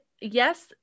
yes